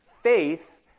Faith